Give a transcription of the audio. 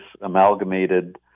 amalgamated